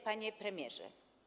Panie Premierze!